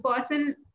person